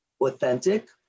authentic